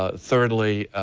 ah thirdly,